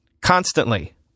constantly